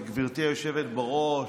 גברתי היושבת-ראש.